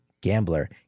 gambler